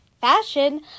fashion